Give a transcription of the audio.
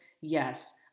Yes